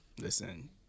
Listen